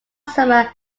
summer